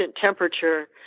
temperature